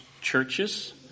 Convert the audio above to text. churches